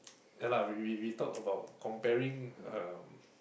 ya lah we we we talk about comparing um